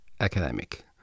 academic